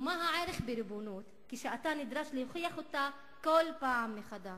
ומה הערך בריבונות כשאתה נדרש להוכיח אותה כל פעם מחדש?